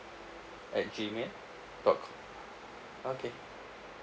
at G mail dot co~ okay